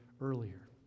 earlier